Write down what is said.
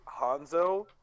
Hanzo